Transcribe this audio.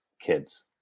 kids